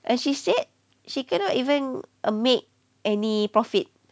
and she said she cannot even err make any profit